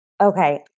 Okay